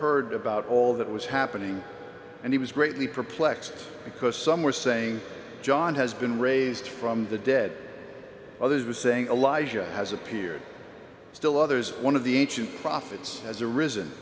heard about all that was happening and he was greatly perplexed because some were saying john has been raised from the dead others was saying a life has appeared still others one of the ancient prophets as a r